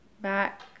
back